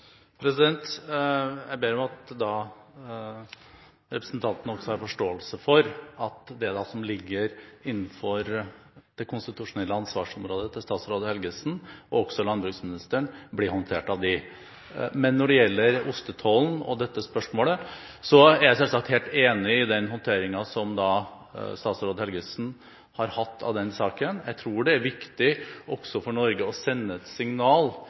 Jeg ber om at representanten Navarsete har forståelse for at det som ligger innenfor det konstitusjonelle ansvarsområdet til statsråd Helgesen og også landbruksministeren, blir håndtert av dem. Når det gjelder ostetollen og dette spørsmålet, er jeg selvsagt helt enig i den håndteringen som statsråd Helgesen har hatt av denne saken. Jeg tror det er viktig for Norge å sende et signal